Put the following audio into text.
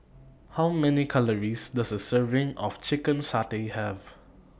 How Many Calories Does A Serving of Chicken Satay Have